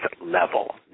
level